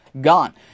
gone